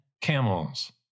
camels